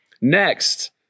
Next